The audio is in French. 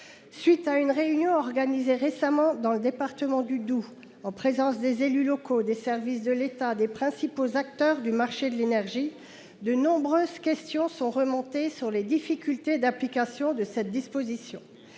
suite d’une réunion organisée récemment dans le département du Doubs, en présence des élus locaux, des services de l’État et des principaux acteurs du marché de l’énergie, de nombreuses questions sont remontées sur les difficultés d’application de cette disposition.